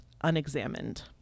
unexamined